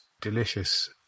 delicious